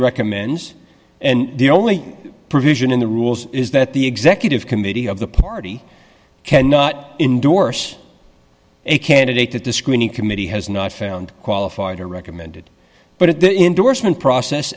recommends and the only provision in the rules is that the executive committee of the party cannot endorse a candidate that the screening committee has not found qualified or recommended but at the endorsement process